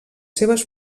seves